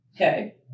Okay